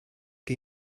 que